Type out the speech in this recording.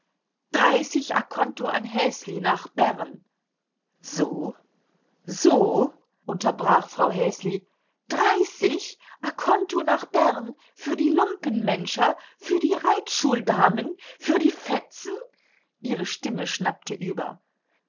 dreißig conto an häsli nach bern so so unterbrach frau häsli dreißig conto nach bern für die lumpenmenscher für die reitschuldamen für die fetzen ihre stimme schnappte über